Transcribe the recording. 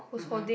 mmhmm